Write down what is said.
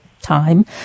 time